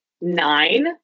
nine